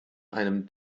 einem